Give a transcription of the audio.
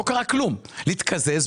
לא קרה כלום, להתקזז.